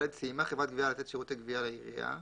סיימה חברת גבייה לתת שירותי גבייה לעירייה,